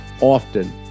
often